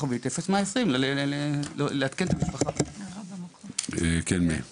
יהיה לעדכן את המשפחה בכוכבית 0120. מאיר אייזנקוט,